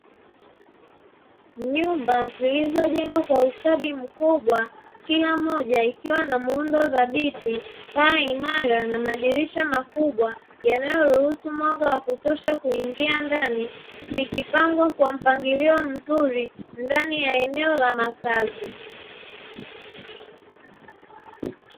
Nyumba zilizojengwa kwa ustadi mkubwa, kila moja ikiwa na muundo dhabiti, paa imara na madirisha makubwa yanayoruhusu mwanga wa kutosha kuingia ndani; zikipangwa kwa mpangilio mzuri ndani ya eneo la makazi.